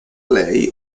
lei